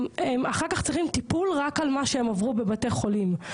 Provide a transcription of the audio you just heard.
הם אחר כך צריכים טיפול רק על מה שהם עברו בבתי חולים,